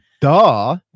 Duh